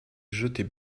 jetées